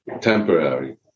temporary